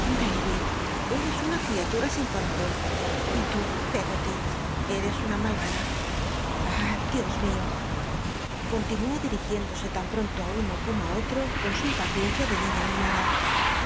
eres una cl'ia um sin comzon y tú peggoty ci'cs una malvada ah dios mio con tinuó dirigiéndose tan pronto á uno como ü otro con su impaciencia da niña mimada